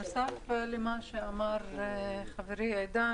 אני רוצה להוסיף שני דברים בנוסף על מה שאמר חברי עידן.